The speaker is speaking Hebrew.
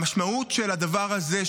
המשמעות של הדבר הזה,